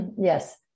Yes